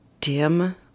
dim